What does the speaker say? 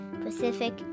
Pacific